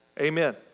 amen